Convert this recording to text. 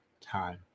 time